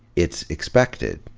it's expected,